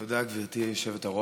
תודה, גברתי היושבת-ראש.